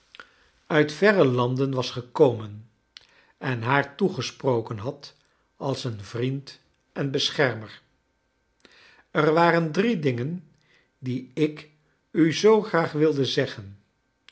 uit verre ianden was gekomen en haar toegesproken had als een vriend en beschermer er waren drie dingen die ik u zoo graag wilde zeggen